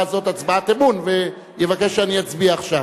זו הצבעת אמון ויבקש שאני אצביע עכשיו.